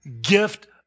gift